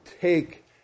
take